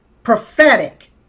Prophetic